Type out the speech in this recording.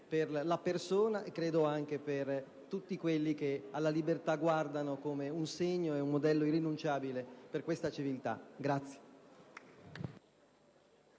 per la persona e credo anche per tutti quelli che alla libertà guardano come un segno ed un modello irrinunciabile per questa civiltà.